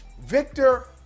Victor